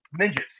ninjas